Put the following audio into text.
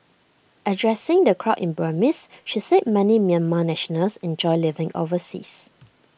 addressing the crowd in Burmese she said many Myanmar nationals enjoy living overseas